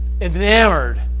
enamored